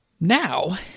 Now